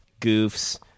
goofs